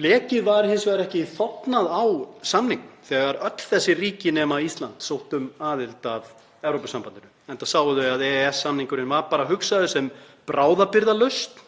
Blekið var hins vegar ekki þornað á samningnum þegar öll þessi ríki nema Ísland sótti um aðild að Evrópusambandinu, enda sáu þau að EES-samningurinn var bara hugsaður sem bráðabirgðalausn